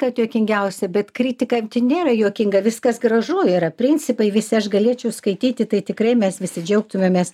kad juokingiausia bet kritikam nėra juokinga viskas gražu yra principai visi aš galėčiau skaityti tai tikrai mes visi džiaugtumėmės